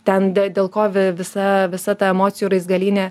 ten dėl ko visa visa ta emocijų raizgalynė